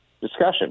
discussion